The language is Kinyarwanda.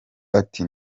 ati